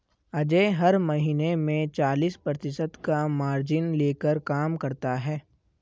अजय हर महीने में चालीस प्रतिशत का मार्जिन लेकर काम करता है